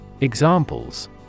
Examples